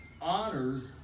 honors